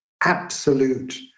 absolute